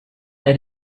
that